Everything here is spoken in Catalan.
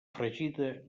fregida